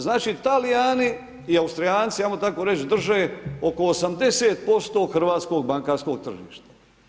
Znači Talijani i Austrijanci, ajmo tako reći drže oko 80% hrvatskog bankarskog tržišta.